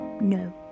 no